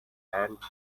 and